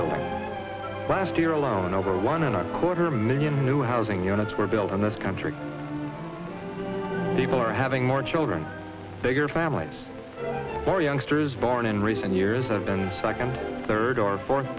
building last year alone over one in a quarter million new housing units were built in this country people are having more children bigger families for youngsters born in recent years of and second third or fourth